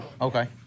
Okay